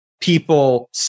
people